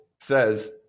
says